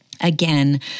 again